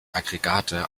aggregate